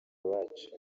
bacu